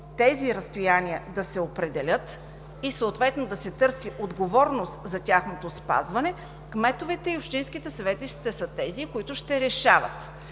тези разстояния да се определят и съответно да се търси отговорност за тяхното спазване, кметовете и общинските съветници ще са тези, които ще решават.